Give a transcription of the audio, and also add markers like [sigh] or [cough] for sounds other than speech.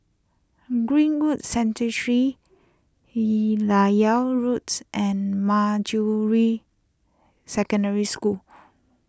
Greenwood Sanctuary [unintelligible] Roads and Manjusri Secondary School